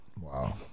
wow